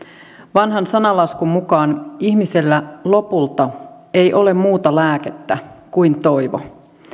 vanhan sananlaskun mukaan ihmisellä lopulta ei ole muuta lääkettä kuin toivo